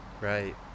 Right